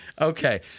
Okay